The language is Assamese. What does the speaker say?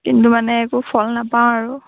কিন্তু মানে একো ফল নাপাওঁ আৰু